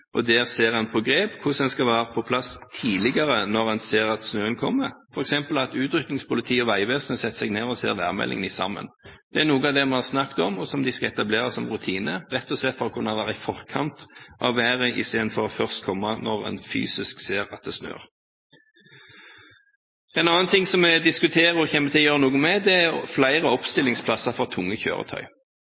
og der ser en på grep for hvordan en skal være på plass tidligere når en ser at snøen kommer, f.eks. at Utrykningspolitiet og Vegvesenet setter seg ned og ser værmeldingen sammen. Det er noe av det vi har snakket om, og som de skal etablere som rutine, rett og slett for å kunne være i forkant av været, istedenfor først å komme når en ser at det fysisk snør. En annen ting som vi diskuterer og kommer til å gjøre noe med, er flere oppstillingsplasser for tunge kjøretøy.